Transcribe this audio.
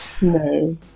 No